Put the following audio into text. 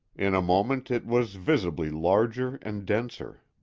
in a moment it was visibly larger and denser.